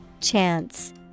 Chance